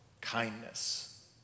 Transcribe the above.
kindness